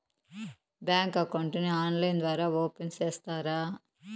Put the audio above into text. Bank account ని online ద్వారా open సేస్తారా?